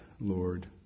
Lord